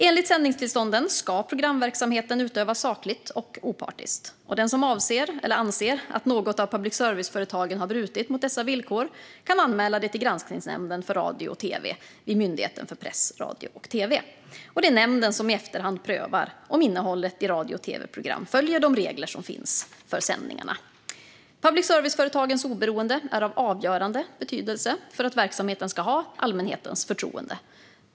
Enligt sändningstillstånden ska programverksamheten utövas sakligt och opartiskt. Den som anser att något av public service-företagen har brutit mot dessa villkor kan anmäla det till Granskningsnämnden för radio och tv vid Myndigheten för press, radio och tv. Det är nämnden som i efterhand prövar om innehållet i radio och tv-program följer de regler som finns för sändningarna. Public service-företagens oberoende är av avgörande betydelse för att verksamheten ska ha allmänhetens förtroende.